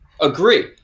Agree